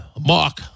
Mark